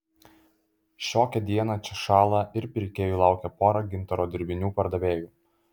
šiokią dieną čia šąla ir pirkėjų laukia pora gintaro dirbinių pardavėjų